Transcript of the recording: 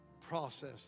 process